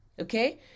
Okay